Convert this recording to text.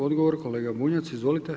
Odgovor kolega Bunjac, izvolite.